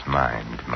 mind